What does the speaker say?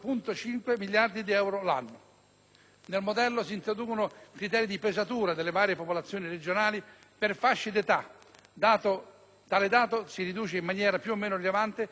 Nel modello si introducono criteri di pesatura delle varie popolazioni regionali per fasce di età; tale dato si riduce in maniera più o meno rilevante a secondo dei criteri utilizzati.